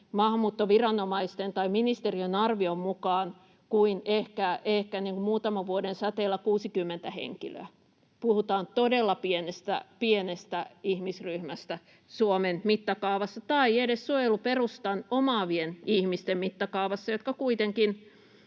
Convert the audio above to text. maahanmuuttoviranomaisten tai ministeriön arvion mukaan kuin ehkä muutaman vuoden säteellä 60 henkilöä. Puhutaan todella pienestä ihmisryhmästä Suomen mittakaavassa tai edes suojeluperustan omaavien ihmisten mittakaavassa, jossa kuitenkin